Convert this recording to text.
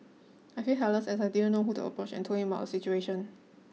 I feel helpless as I didn't know who to approach and told him about the situation